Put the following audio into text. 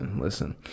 Listen